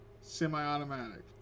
semi-automatic